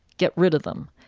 get rid of them.